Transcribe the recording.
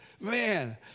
Man